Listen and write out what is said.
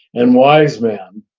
and wise man,